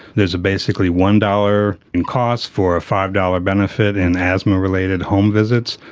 there's basically one dollars in cost for a five dollars benefit in asthma related home visits.